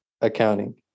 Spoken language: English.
accounting